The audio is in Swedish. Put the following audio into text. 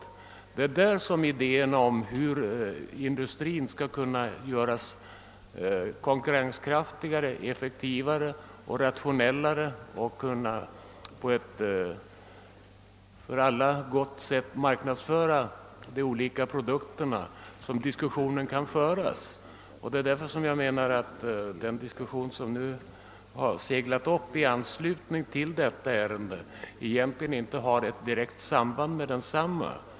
I samband därmed kan man ta upp idéerna om hur industrin skall kunna göras konkurrenskraftigare, effektivare och rationellare och på ett för alla parter tillfredsställande sätt skall kunna marknadsföra sina produkter. Jag menar därför att den diskussion som nu har seglat upp i anslutning till förevarande ärende egentligen inte har direkt samband med detta.